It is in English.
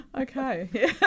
Okay